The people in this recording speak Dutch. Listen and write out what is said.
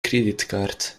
kredietkaart